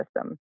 system